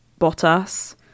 Bottas